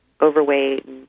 overweight